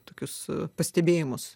tokius pastebėjimus